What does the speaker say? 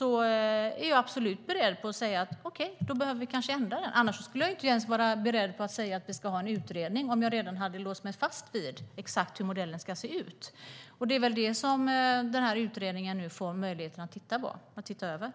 och oberoende public service är jag absolut beredd att ändra modellen. Om jag redan hade låst mig fast vid exakt hur modellen ska se ut hade jag inte varit beredd att säga att det ska ske en utredning. Det får utredningen titta över.